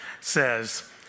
says